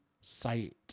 sight